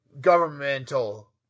governmental